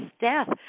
death